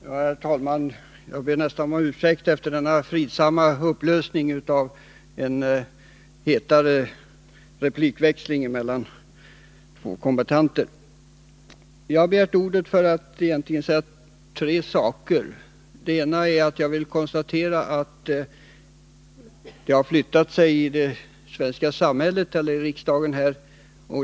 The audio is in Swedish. Herr talman! Jag ber nästan om ursäkt för att jag tar till orda efter denna fridsamma upplösning av en hetare replikväxling mellan två kombattanter. Jag har emellertid begärt ordet för att säga tre saker. För det första vill jag konstatera att positionerna har flyttat sig i riksdagen.